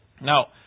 Now